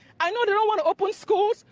i know they don't want to open schools.